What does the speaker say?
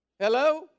Hello